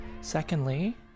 Secondly